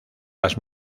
las